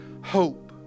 hope